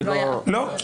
לא.